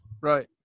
Right